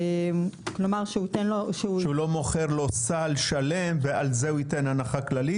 כלומר שהוא- - שהוא לא מוכר לו סל שלם ועל זה ייתן הנחה כללית.